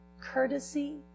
courtesy